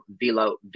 Velo